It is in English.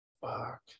Fuck